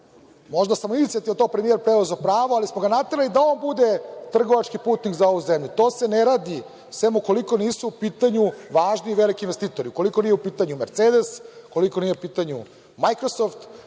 možda sam samoinicijativno preuzeo pravo, ali smo naterali da on bude trgovačke putnik za ovu zemlju. To se ne radi, sem ukoliko nisu u pitanju važni i veliki investitori, ukoliko nije u pitanju Mercedes, ukoliko nije u pitanju Majkrosoft,